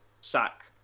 sack